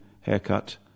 haircut